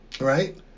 right